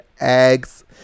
eggs